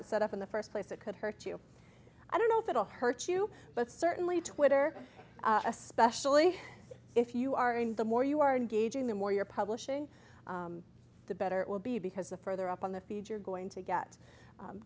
it set up in the first place it could hurt you i don't know if it'll hurt you but certainly twitter especially if you are in the more you are engaging the more you're publishing the better it will be because the further up on the feed you're going to get